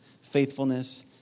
faithfulness